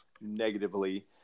negatively